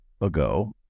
ago